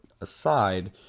aside